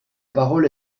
parole